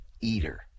eater